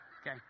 Okay